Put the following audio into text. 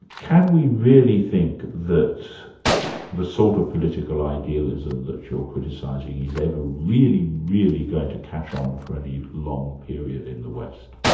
can we really think that the sort of political idealism that you're criticising is every really, really going to catch on for any long period in the west?